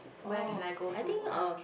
where can I go to uh